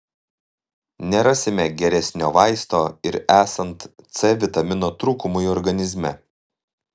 nerasime geresnio vaisto ir esant c vitamino trūkumui organizme